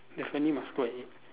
definitely must go and eat